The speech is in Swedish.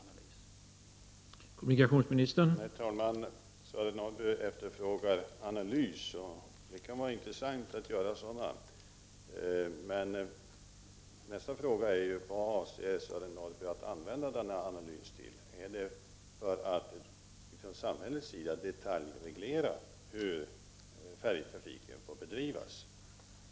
SR OR OL RR NR Svar på frågor Kommunikationsminister GEORG ANDERSSON: Herr talman! Sören Norrby efterfrågar en analys, och det kan vara intressant att göra en sådan. Men nästa fråga blir då: Vad avser Sören Norrby att använda den analysen till? Är det för att från samhällets sida detaljreglera hur färjetrafiken skall bedrivas?